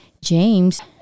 James